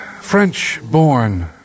French-born